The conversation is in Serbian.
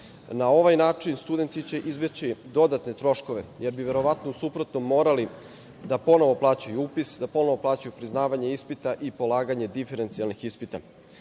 Na ovaj način studenti će izbeći dodatne troškove, jer bi verovatno u suprotnom morali da ponovo plaćaju upis, da ponovo plaćaju priznavanje ispita i polaganje diferencijalnih ispita. Siguran